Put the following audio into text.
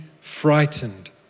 frightened